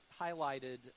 highlighted